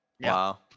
Wow